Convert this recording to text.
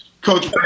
Coach